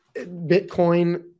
Bitcoin